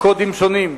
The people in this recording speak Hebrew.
קודים שונים,